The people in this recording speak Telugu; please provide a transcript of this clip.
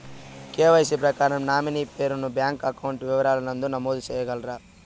కె.వై.సి ప్రకారం నామినీ పేరు ను బ్యాంకు అకౌంట్ వివరాల నందు నమోదు సేయగలరా?